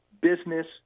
business